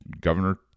governor